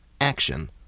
action